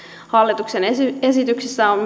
hallituksen esityksessä esityksessä on